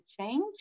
change